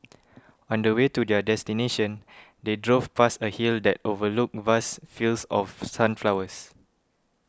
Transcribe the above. on the way to their destination they drove past a hill that overlooked vast fields of sunflowers